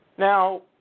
Now